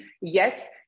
Yes